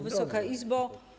Wysoka Izbo!